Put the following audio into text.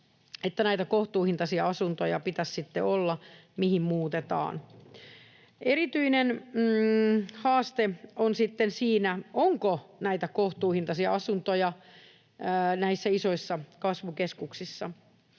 että näitä kohtuuhintaisia asuntoja, mihin muutetaan, pitäisi sitten olla. Erityinen haaste on sitten siinä, onko näitä kohtuuhintaisia asuntoja näissä isoissa kasvukeskuksissa.